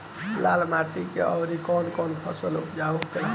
लाल माटी मे आउर कौन कौन फसल उपजाऊ होखे ला?